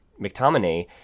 McTominay